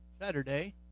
saturday